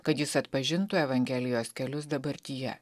kad jis atpažintų evangelijos kelius dabartyje